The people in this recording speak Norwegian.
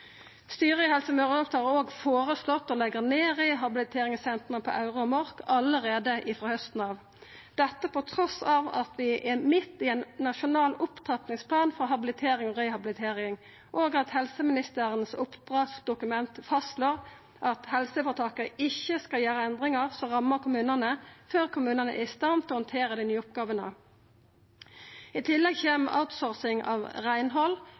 Styret i Helse Møre og Romsdal har også føreslått å leggja ned rehabiliteringssentra i Aure og på Mork allereie frå hausten av. Dette trass i at vi er midt inne i ein nasjonal opptrappingsplan for habilitering og rehabilitering, og at helseministerens oppdragsdokument fastslår at helseføretaka ikkje skal gjera endringar som rammar kommunane før kommunane er i stand til å handtera dei nye oppgåvene. I tillegg kjem outsourcing av reinhald,